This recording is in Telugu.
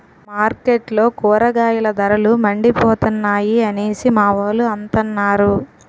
మార్కెట్లో కూరగాయల ధరలు మండిపోతున్నాయి అనేసి మావోలు అంతన్నారు